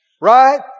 Right